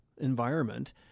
environment